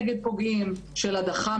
של היחידות.